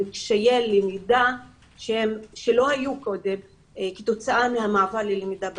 קשיי למידה שלא היו קודם כתוצאה מהמעבר ללמידה בזום.